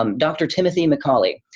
um dr. timothy mcauley.